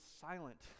silent